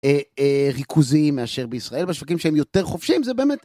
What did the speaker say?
ריכוזים מאשר בישראל בשווקים שהם יותר חופשים זה באמת.